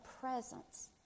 presence